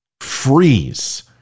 Freeze